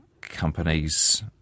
companies